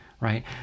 right